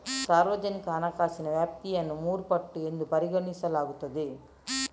ಸಾರ್ವಜನಿಕ ಹಣಕಾಸಿನ ವ್ಯಾಪ್ತಿಯನ್ನು ಮೂರು ಪಟ್ಟು ಎಂದು ಪರಿಗಣಿಸಲಾಗುತ್ತದೆ